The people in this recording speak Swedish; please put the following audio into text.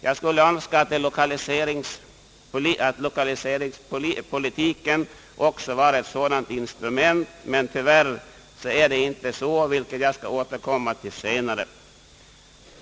Jag skulle önska att lokaliseringspolitiken också var ett sådant instrument, men tyvärr är så inte fallet, vilket jag skall återkomma till senare.